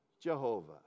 Jehovah